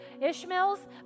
Ishmael's